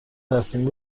تصمیم